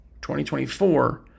2024